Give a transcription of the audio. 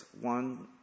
one